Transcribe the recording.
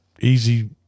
easy